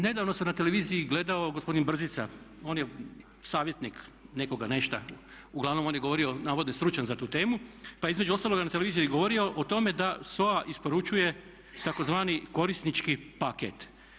Nedavno sam na televiziji gledao gospodin Brzica on je savjetnik nekoga, uglavnom on je govorio navodno je stručan za tu temu, pa između ostalog na televiziji je govorio o tome da SOA isporučuje tzv. korisnički paket.